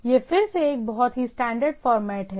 यह फिर से एक बहुत ही स्टैंडर्ड फॉरमैट है